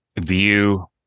view